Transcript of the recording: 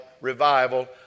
revival